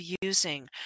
using